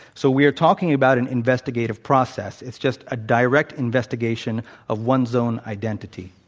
so, we are talking about an investigative process. it's just a direct investigation of one's own identity.